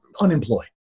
unemployed